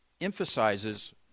emphasizes